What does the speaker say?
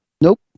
Nope